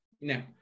No